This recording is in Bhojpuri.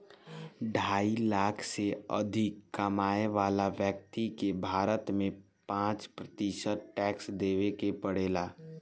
ढाई लाख से अधिक कमाए वाला व्यक्ति के भारत में पाँच प्रतिशत टैक्स देवे के पड़ेला